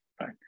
Right